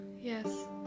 Yes